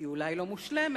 שהיא אולי לא מושלמת,